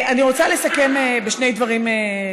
אני רוצה לסכם בשני דברים.